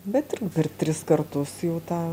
bet ir per tris kartus jau tą